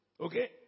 okay